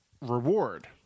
reward